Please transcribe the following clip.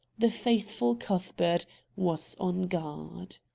the faithful cuthbert was on guard.